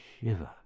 shiver